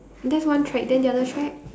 that's one track then the other track